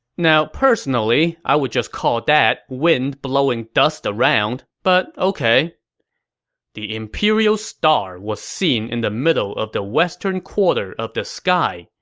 personally, i would just call that wind blowing dust around, but ok the imperial star was seen in the middle of the western quarter of the sky,